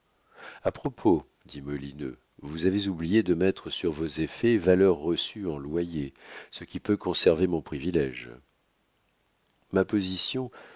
a propos dit molineux vous avez oublié de mettre sur vos effets valeur reçue en loyers ce qui peut conserver mon privilége ma position